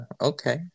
okay